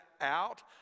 out